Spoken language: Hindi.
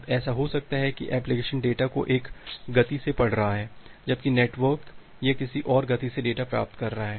अब ऐसा हो सकता है कि एप्लिकेशन डेटा को एक गति से पढ़ रहा है जबकि नेटवर्क यह किसी और गति पर डेटा प्राप्त कर रहा है